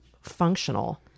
functional